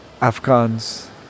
Afghans